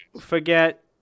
forget